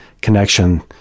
connection